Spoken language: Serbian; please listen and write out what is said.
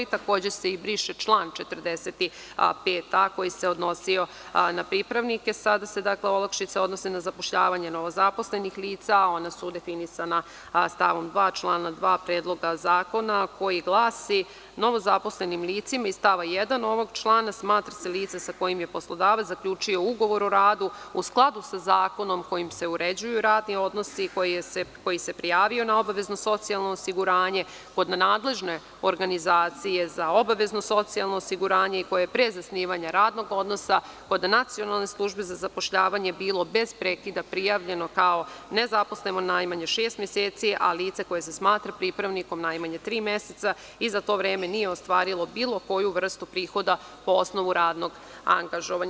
Takođe se i briše član 45a, koji se odnosio na pripravnike, sada se olakšice odnose na zapošljavanje novozaposlenih lica, ona su definisana stavom 2. člana 2. Predloga zakona koji glasi – novozaposlenim licima iz stava 1. ovog člana, smatra se lice sa kojim je poslodavac zaključio ugovor o radu u skladu sa zakonom kojim se uređuju radni odnosi, koji se prijavio na obavezno socijalno osiguranje kod nadležne organizacije za obavezno socijalno osiguranje i koje pre zasnivanja radnog odnosa kod Nacionalne službe za zapošljavanje bilo bez prekida prijavljeno kao nezaposleno najmanje šest meseci, a lice koje se smatra pripravnikom najmanje tri meseca i za to vreme nije ostvarilo bilo koju vrstu prihoda po osnovu radnog angažovanja.